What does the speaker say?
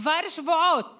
כבר שבועות